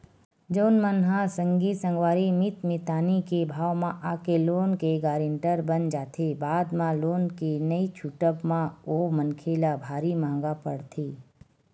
जउन मन ह संगी संगवारी मीत मितानी के भाव म आके लोन के गारेंटर बन जाथे बाद म लोन के नइ छूटब म ओ मनखे ल भारी महंगा पड़थे